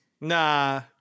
Nah